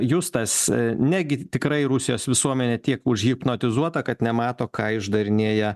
justas negi tikrai rusijos visuomenė tiek užhipnotizuota kad nemato ką išdarinėja